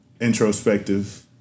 introspective